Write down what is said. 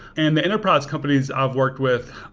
and the enterprise companies i've worked with,